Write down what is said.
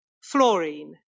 Fluorine